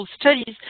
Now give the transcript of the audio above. studies